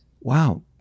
wow